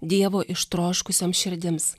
dievo ištroškusioms širdims